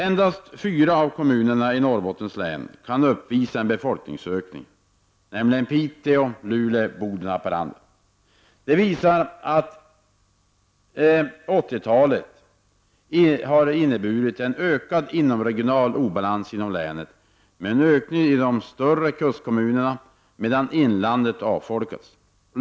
Endast fyra av kommunerna i Norrbottens län kan uppvisa ep befolkningsökning, nämligen Luleå, Piteå, Boden och Haparanda. Det visar att 80-talet har inneburit en ökad inomregional obalans i länet med ökning i de stora kustkommunerna, medan inlandet har avfolkats.